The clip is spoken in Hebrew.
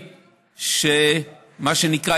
מה שנקרא,